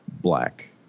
black